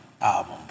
album